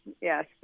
yes